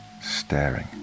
staring